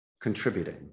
contributing